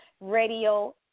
Radio